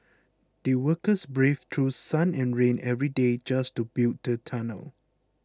the workers braved through sun and rain every day just to build the tunnel